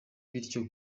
bityo